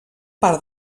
part